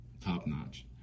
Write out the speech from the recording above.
top-notch